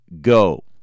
go